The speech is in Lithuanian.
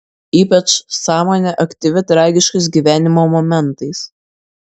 ypač sąmonė aktyvi tragiškais gyvenimo momentais